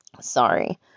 sorry